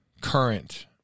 current